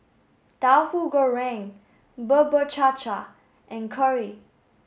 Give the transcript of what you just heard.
Tauhu Goreng Bubur Cha Cha and curry